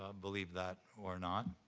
ah believe that or not.